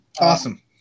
Awesome